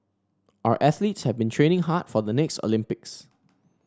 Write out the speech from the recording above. our athletes have been training hard for the next Olympics